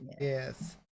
Yes